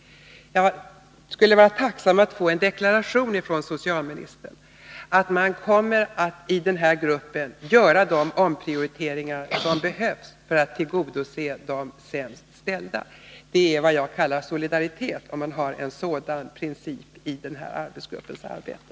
Jag skulle vara tacksam att få en deklaration från socialministern om att man i den här gruppen kommer att inrikta sig på att göra de omprioriteringar som behövs för att tillgodose de sämst ställda. Det är vad jag kallar solidaritet, om denna arbetsgrupp har en sådan princip för sitt arbete.